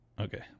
okay